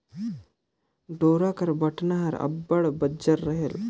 डोरा कर बटना हर अब्बड़ बंजर रहेल